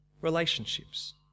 relationships